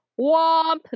Womp